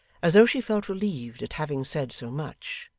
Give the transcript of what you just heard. as though she felt relieved at having said so much,